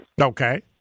okay